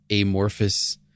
amorphous